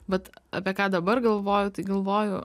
bet apie ką dabar galvoju tai galvoju